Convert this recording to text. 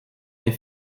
des